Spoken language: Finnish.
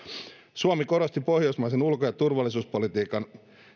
suomi korosti pohjoismaisen ulko ja turvallisuuspolitiikan